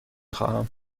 خواهم